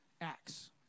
acts